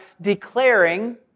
declaring